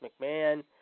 McMahon